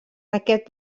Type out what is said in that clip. aquest